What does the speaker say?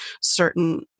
certain